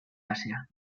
asia